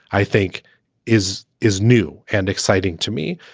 i think is is new and exciting to me.